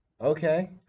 okay